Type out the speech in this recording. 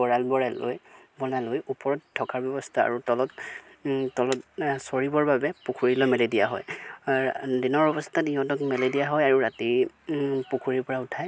গঁৰাল বনাই লৈ বনাই লৈ ওপৰত থকাৰ ব্যৱস্থা আৰু তলত তলত চৰিবৰ বাবে পুখুৰীলৈ মেলে দিয়া হয় দিনৰ অৱস্থাত ইহঁতক মেলি দিয়া হয় আৰু ৰাতি পুখুৰীৰপৰা উঠাই